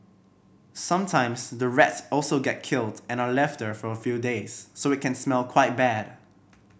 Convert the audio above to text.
sometimes the rats also get killed and are left there for a few days so it can smell quite bad